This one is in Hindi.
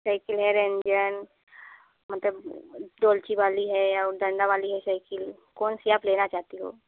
साइकिल है रेंजन मतलब डोलची वाली है और डंडा वाली है साइकिल कौन सी आप लेना चाहती हो